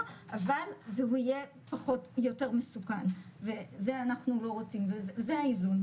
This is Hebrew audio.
אבל זה יהיה פחות או יותר מסוכן וזה אנחנו לא רוצים וזה האיזון.